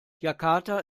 jakarta